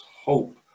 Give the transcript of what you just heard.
hope